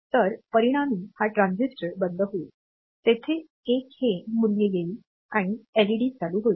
तर परिणामी हा ट्रान्झिस्टर बंद होईल तेथे एक हे मूल्य येईल आणि एलईडी चालू होईल